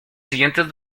siguientes